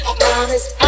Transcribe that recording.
promise